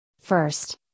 First